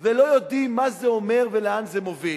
ולא יודעים מה זה אומר ולאן זה מוביל.